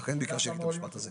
ולכן ביקשתי להגיד את המשפט הזה.